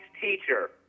teacher